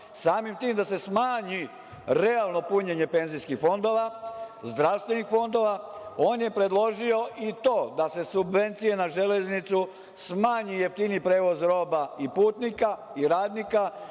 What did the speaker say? samim tim da se smanji realno punjenje penzijskih fondova, zdravstvenih fondova. On je predložio i to da se subvencije na „Železnicu“ smanji jeftiniji prevoz roba i putnika i radnika